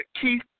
Keith